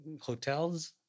hotels